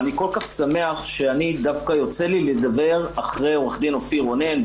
אני כל כך שמח שאני יוצא לי לדבר אחרי עו"ד אופיר רונן.